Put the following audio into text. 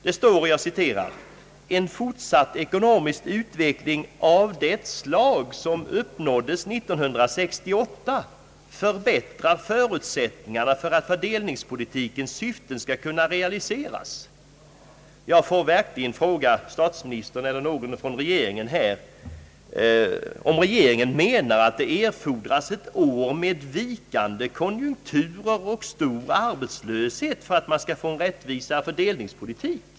Det står: »En fortsatt ekonomisk utveckling av det slag som uppnåddes 1968 förbättrar förutsättningarna för att fördelningspolitikens syften skall kunna realiseras.» Jag får verkligen fråga statsministern eller någon annan från regeringen här om regeringen menar, att det erfordras ett år med vikande konjunkturer och stor arbetslöshet för att vi skall få en rättvisare fördelningspolitik.